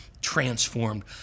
transformed